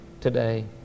today